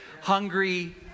hungry